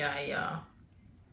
ya ya